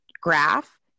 graph